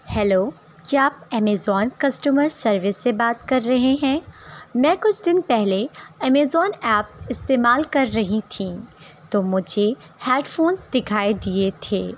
hello کیا Amazon customer service سے بات کر رہے ہیں میں کچھ دن پہلے امیزون ایپ استعمال کر رہی تھیں تو مجھے ہیڈ فون دکھائی دیے تھے